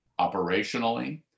operationally